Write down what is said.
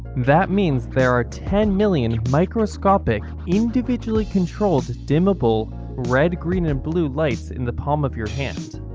that means there are ten million microscopic individually controlled dimmable red green and blue lights in the palm of your hand.